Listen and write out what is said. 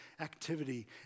activity